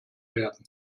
werden